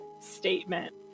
statement